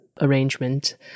arrangement